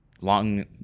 long